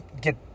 get